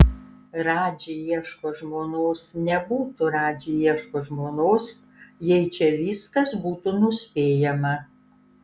radži ieško žmonos nebūtų radži ieško žmonos jei čia viskas būtų nuspėjama